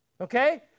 okay